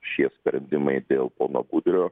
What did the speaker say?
šie sprendimai dėl pono budrio